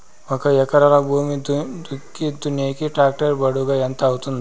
ఒక ఎకరా భూమి దుక్కి దున్నేకి టాక్టర్ బాడుగ ఎంత అవుతుంది?